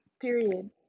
period